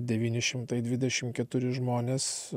devyni šimtai dvidešim keturi žmonės